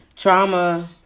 Trauma